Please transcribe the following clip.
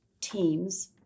teams